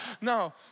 no